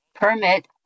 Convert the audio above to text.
permit